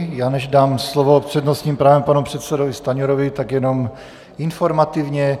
Já než dám slovo s přednostním právem panu předsedovi Stanjurovi, tak jenom informativně.